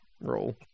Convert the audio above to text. roll